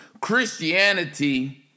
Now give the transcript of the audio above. christianity